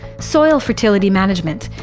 soil fertility management,